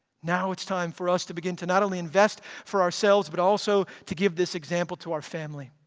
now it's time for us to begin to not only invest for ourselves, but also to give this example to our family.